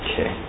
Okay